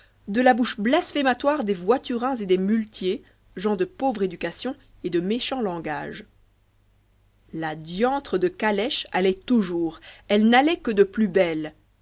de la bouche blasphématoire des voiturins et des muletiers gens de pauvre éducation et de méchant langage la diantre de calèche allait toujours elle n'allait que de plus belle